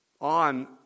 On